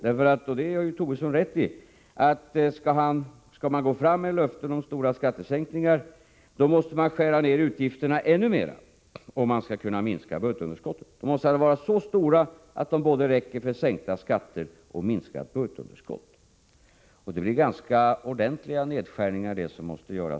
Herr Tobisson har rätt i att skall man gå fram med löften om stora skattesänkningar, måste man skära ner utgifterna ännu mer för att kunna minska budgetunderskottet. Nedskärningarna måste vara så stora att de räcker för både sänkta skatter och minskat budgetunderskott. Det blir ganska ordentliga nedskärningar, det!